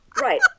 Right